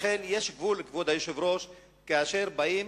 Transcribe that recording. לכן, יש גבול, כבוד היושב-ראש, כאשר באים